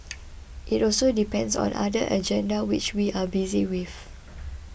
it also depends on other agenda which we are busy with